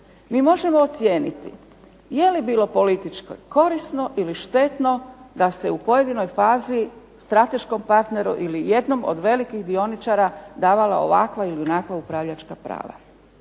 Mi možemo ocijeniti jeli bilo politički korisno ili štetno da se u pojedinoj fazi strateškom partneru ili jednom od velikih dioničara davala onakva ili ovakva upravljačka prava.